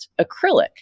acrylic